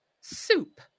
soup